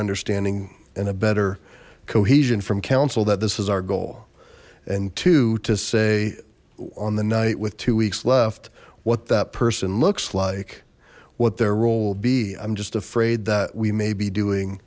understanding and a better cohesion from council that this is our goal and to to say on the night with two weeks left what that person looks like what their role will be i'm just afraid that we may be doing